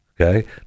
okay